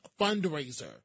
fundraiser